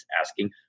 asking